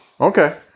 Okay